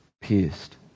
pierced